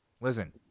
Listen